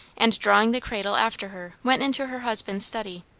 and drawing the cradle after her went into her husband's study.